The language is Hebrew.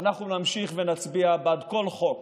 ואנחנו נמשיך ונצביע בעד כל חוק